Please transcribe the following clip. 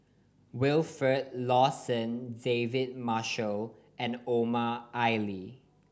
Wilfed Lawson David Marshall and Omar Ali